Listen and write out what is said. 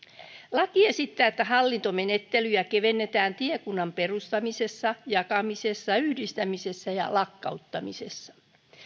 lakiesitys esittää että hallintomenettelyjä kevennetään tiekunnan perustamisessa jakamisessa yhdistämisessä ja lakkauttamisessa ja